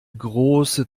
große